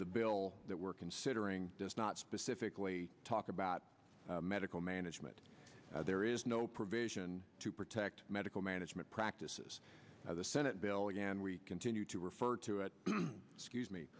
the bill that we're considering does not specifically talk about medical management there is no provision to protect medical management practices of the senate bill again we continue to refer to it scuse me